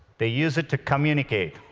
they use it to communicate,